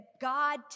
God